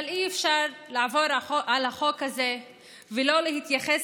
אבל אי-אפשר לעבור על החוק הזה ולא להתייחס